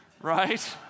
right